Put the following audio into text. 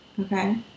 Okay